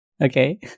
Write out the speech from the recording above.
Okay